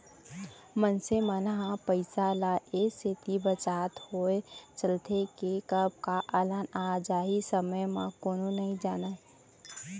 मनसे मन ह पइसा ल ए सेती बचाचत होय चलथे के कब का अलहन आ जाही समे ल कोनो नइ जानयँ